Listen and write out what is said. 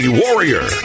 warrior